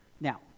Now